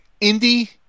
Indy